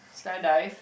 sky dive